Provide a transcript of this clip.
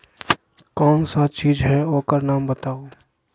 कौन सा चीज है ओकर नाम बताऊ?